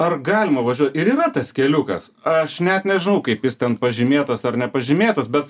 ar galima važiuot ir yra tas keliukas aš net nežinau kaip jis ten pažymėtas ar nepažymėtas bet